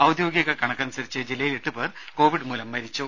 ഔദ്യോഗിക കണക്കനുസരിച്ച് ജില്ലയിൽ എട്ടു പേർ കോവിഡ് മൂലം മരിച്ചു